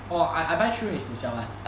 orh I I three room is to sell [one]